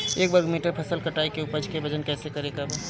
एक वर्ग मीटर फसल कटाई के उपज के वजन कैसे करे के बा?